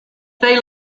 they